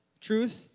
truth